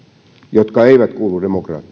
jotka eivät kuulu demokraattiseen kansanvaltaan ja